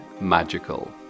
magical